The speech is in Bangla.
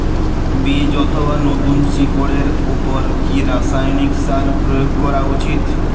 বীজ অথবা নতুন শিকড় এর উপর কি রাসায়ানিক সার প্রয়োগ করা উচিৎ?